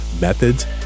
methods